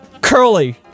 Curly